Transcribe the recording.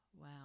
Wow